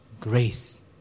grace